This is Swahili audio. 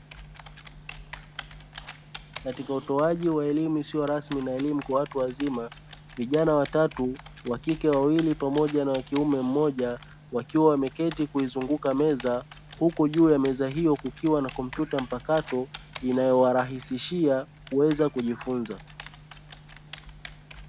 Katika utoaji wa elimu isiyo rasmi na elimu kwa watu wazima vijana watatu wa kike wawili pamoja na kiume mmoja, wakiwa wameketi kuzunguka meza. Huku juu ya meza kukiwa na komputa mpakato inayo warahisishia kujifunza.